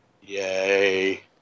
yay